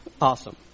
Awesome